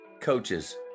coaches